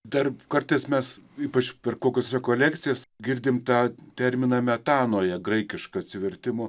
dar kartais mes ypač per kokius rekolekcijas girdim tą terminą metanoje graikišką atsivertimo